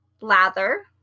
lather